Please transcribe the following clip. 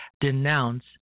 denounce